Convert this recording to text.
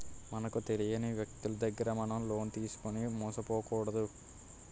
మనకు తెలియని వ్యక్తులు దగ్గర మనం లోన్ తీసుకుని మోసపోకూడదు